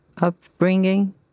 upbringing